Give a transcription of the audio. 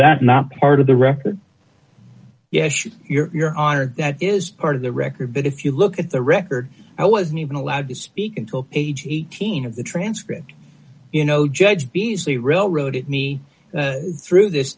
that not part of the record yes your honor that is part of the record but if you look at the record i wasn't even allowed to speak until age eighteen of the transcript you know judge beazley railroaded me through this